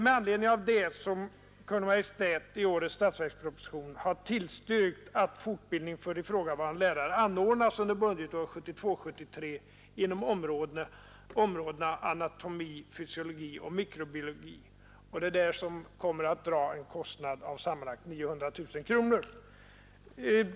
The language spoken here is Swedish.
Med anledning därav har Kungl. Maj:t i årets statsverksproposition tillstyrkt att fortbildning för ifrågavarande lärare anordnas under budgetåret 1972/73 inom områdena anatomi, fysiologi och mikrobiologi. Denna utbildning kommer att kosta sammanlagt 900000 kronor.